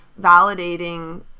validating